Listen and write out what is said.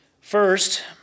First